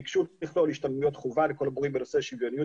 ביקשו לכלול השתלמויות חובה לכל המורים בנושא שוויוניות